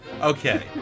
Okay